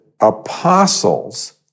apostles